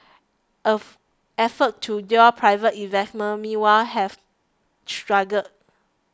F efforts to lure private investment meanwhile have struggled